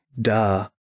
Duh